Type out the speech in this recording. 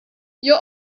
your